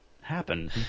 happen